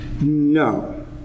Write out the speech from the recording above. No